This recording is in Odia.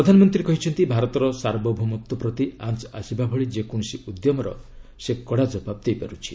ପ୍ରଧାନମନ୍ତ୍ରୀ କହିଛନ୍ତି ଭାରତର ସାର୍ବଭୌମତ୍ୱ ପ୍ରତି ଆଞ୍ଚ୍ ଆସିବା ଭଳି ଯେକୌଣସି ଉଦ୍ୟମର ସେ କଡ଼ା ଜବାବ ଦେଇପାରୁଛି